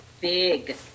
big